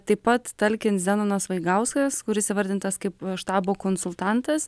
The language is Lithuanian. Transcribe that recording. taip pat talkins zenonas vaigauskas kuris įvardintas kaip štabo konsultantas